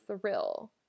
thrill